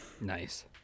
Nice